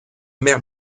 mer